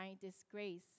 disgrace